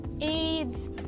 AIDS